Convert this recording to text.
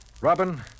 Robin